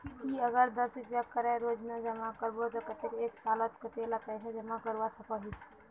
ती अगर दस रुपया करे रोजाना जमा करबो ते कतेक एक सालोत कतेला पैसा जमा करवा सकोहिस?